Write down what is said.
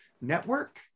Network